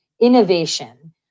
Innovation